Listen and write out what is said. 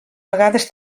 vegades